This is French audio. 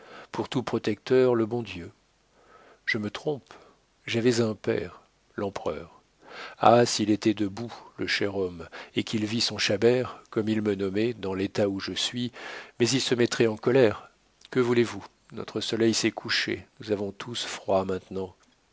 pour tout protecteur le bon dieu je me trompe j'avais un père l'empereur ah s'il était debout le cher homme et qu'il vît son chabert comme il me nommait dans l'état où je suis mais il se mettrait en colère que voulez-vous notre soleil s'est couché nous avons tous froid maintenant